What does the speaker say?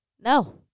No